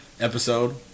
episode